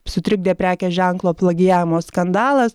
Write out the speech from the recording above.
sutrikdė prekės ženklo plagijavimo skandalas